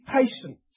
patient